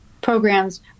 programs